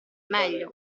meglio